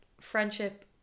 friendship